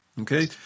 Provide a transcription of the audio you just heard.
Okay